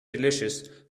delicious